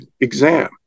exam